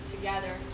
together